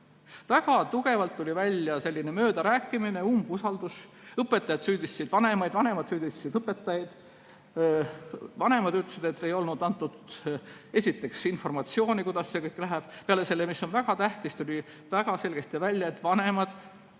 Väga tugevalt tuli välja selline möödarääkimine, umbusaldus. Õpetajad süüdistasid vanemaid, vanemad süüdistasid õpetajaid. Vanemad ütlesid, et ei olnud antud informatsiooni, kuidas see kõik toimub. Peale selle – see on väga tähtis ja tuli väga selgesti välja –, et vanemad